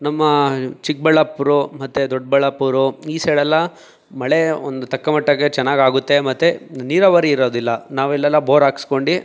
ನಮ್ಮ ಚಿಕ್ಕಬಳ್ಳಾಪುರ ಮತ್ತೆ ದೊಡ್ಡಬಳ್ಳಾಪುರ ಈ ಸೈಡೆಲ್ಲ ಮಳೆ ಒಂದು ತಕ್ಕಮಟ್ಟಗೆ ಚೆನ್ನಾಗಾಗುತ್ತೆ ಮತ್ತೆ ನೀರಾವರಿ ಇರೋದಿಲ್ಲ ನಾವಿಲ್ಲೆಲ್ಲ ಬೋರ್ ಹಾಕ್ಸ್ಕೊಂಡು